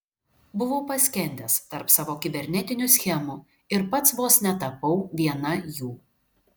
buvau paskendęs tarp savo kibernetinių schemų ir pats vos netapau viena jų